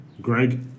Greg